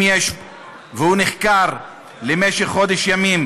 הוא נחקר במשך חודש ימים